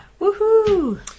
Woohoo